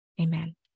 Amen